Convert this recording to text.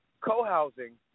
co-housing